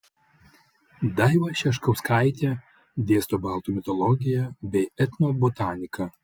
daiva šeškauskaitė dėsto baltų mitologiją bei etnobotaniką